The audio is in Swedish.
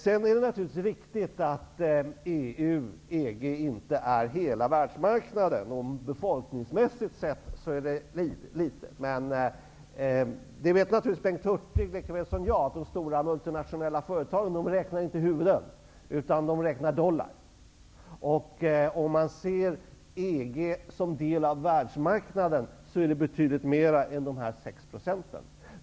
Det är naturligtvis riktigt att EG/EU inte utgör hela världsmarknaden, och befolkningsmässigt är det litet. Men Bengt Hurtig vet naturligtvis lika väl som jag att det stora multinationella företagen inte räknar huvuden utan dollar. Om man ser EG som en del av världsmarknaden är det mycket mera än 6 %.